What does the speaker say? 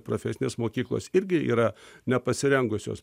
profesinės mokyklos irgi yra nepasirengusios